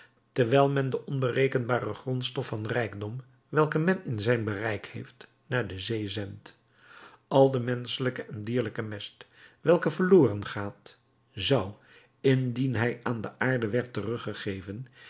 terwijl men de onberekenbare grondstof van rijkdom welke men in zijn bereik heeft naar de zee zendt al de menschelijke en dierlijke mest welke verloren gaat zou indien hij aan de aarde werd teruggegeven